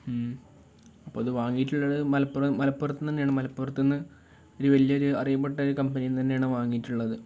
അപ്പം അത് വാങ്ങിയിട്ടുള്ളത് മലപ്പുറം മലപ്പുറത്ത് തന്നെയാണ് മലപ്പുറത്ത് നിന്ന് ഒരു വലിയ ഒരു അറിയപ്പെട്ട ഒരു കമ്പനിന്ന് തന്നെയാണ് വാങ്ങിയിട്ടുള്ളത്